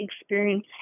experience